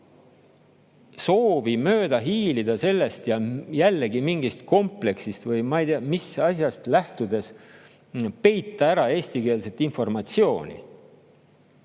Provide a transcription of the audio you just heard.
Soov mööda hiilida sellest ja, jällegi, mingist kompleksist või ma ei tea, mis asjast lähtudes peita ära eestikeelset informatsiooni